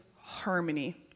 harmony